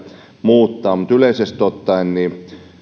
muuttaa mutta yleisesti ottaen